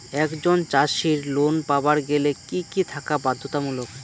একজন চাষীর লোন পাবার গেলে কি কি থাকা বাধ্যতামূলক?